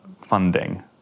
funding